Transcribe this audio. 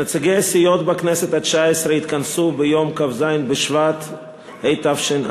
נציגי הסיעות בכנסת התשע-עשרה התכנסו ביום כ"ז בשבט התשע"ג,